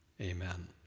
amen